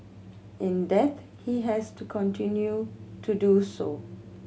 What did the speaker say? in death he has to continued to do so